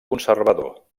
conservador